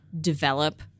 develop